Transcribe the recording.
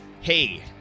Hey